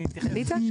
ענית?